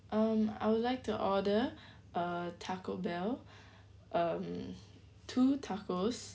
um I would like to order uh taco bell um two tacos